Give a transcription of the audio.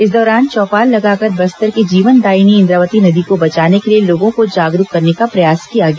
इस दौरान चौपाल लगाकर बस्तर की जीवनदायिनी इंद्रावती नदी को बचाने के लिए लोगों को जागरूक करने का प्रयास किया गया